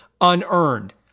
unearned